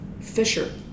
Fisher